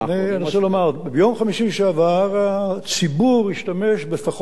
ביום חמישי שעבר הציבור השתמש ב-200 מגוואט פחות.